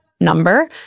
number